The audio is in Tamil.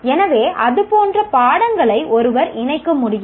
எனவே அது போன்ற பாடங்களை ஒருவர் இணைக்க முடியும்